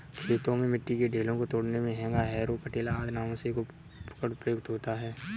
खेतों में मिट्टी के ढेलों को तोड़ने मे हेंगा, हैरो, पटेला आदि नामों से एक उपकरण प्रयुक्त होता है